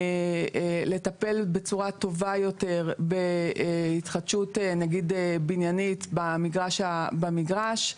לטפל בצורה טובה יותר בהתחדשות בניינית במגרש.